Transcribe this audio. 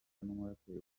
n’umuraperi